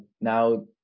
now